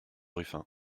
ruffin